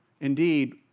Indeed